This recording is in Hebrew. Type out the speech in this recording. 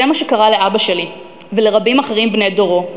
זה מה שקרה לאבא שלי ולרבים אחרים בני דורו.